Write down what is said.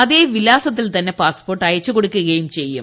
അതേ വിലാസത്തിൽ തന്നെ പാസ്പോർട്ട് അയച്ചു കൊടുക്കുകയും ചെയ്യും